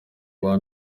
bya